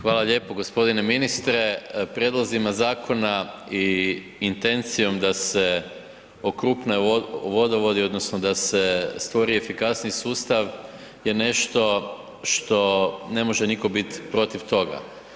Hvala lijepa. g. Ministre, prijedlozima zakona i intencijom da se okrupne vodovodi odnosno da se stvori efikasniji sustav je nešto što ne može nitko bit protiv toga.